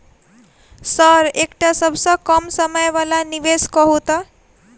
Sir एकटा सबसँ कम समय वला निवेश कहु तऽ?